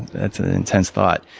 that's an intense thought.